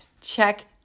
check